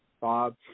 Bob